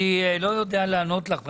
אני לא יודע לענות לך,